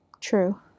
True